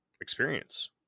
experience